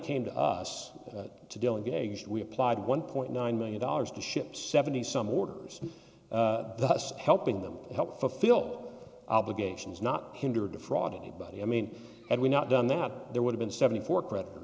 came to us to delegate we applied one point nine million dollars to ship seventy some orders thus helping them help fulfill obligations not hindered the fraud or anybody i mean and we not done that there would have been seventy four credit